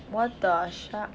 what the shuc~